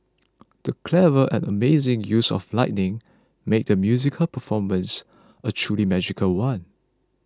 the clever and amazing use of lighting made the musical performance a truly magical one